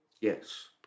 Yes